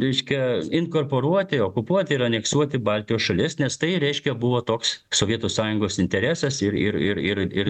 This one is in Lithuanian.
reiškia inkorporuoti okupuoti ir aneksuoti baltijos šalis nes tai reiškia buvo toks sovietų sąjungos interesas ir ir ir